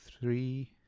three